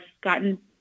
gotten